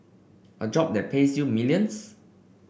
a job that pays you millions